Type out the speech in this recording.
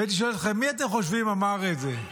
והייתי שואל אתכם: מי אתם חושבים אמר את זה?